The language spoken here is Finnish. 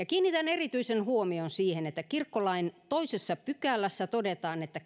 kiinnitän erityisen huomion siihen että kirkkolain toisessa pykälässä todetaan että